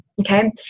Okay